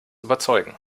überzeugen